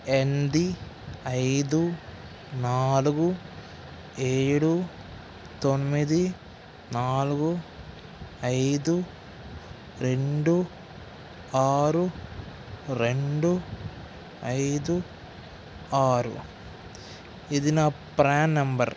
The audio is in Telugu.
ఎనిమిది ఐదు నాలుగు ఏడు తొమ్మిది నాలుగు ఐదు రెండు ఆరు రెండు ఐదు ఆరు ఇది నా ప్రాన్ నంబరు